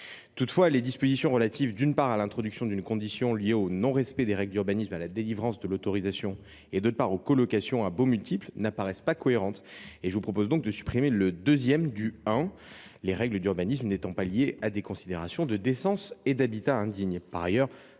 Toutefois, les dispositions relatives, d’une part, à l’introduction d’une condition liée au non respect des règles d’urbanisme et à la délivrance de l’autorisation, et, d’autre part, aux colocations à baux multiples, n’apparaissent pas cohérentes. Je vous propose donc de supprimer le I. 2°, les règles d’urbanisme n’étant pas liées à des considérations de décence et d’habitat indigne.